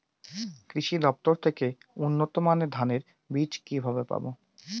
কৃষি দফতর থেকে উন্নত মানের ধানের বীজ কিভাবে পাব?